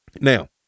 Now